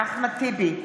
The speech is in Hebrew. אחמד טיבי,